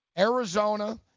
Arizona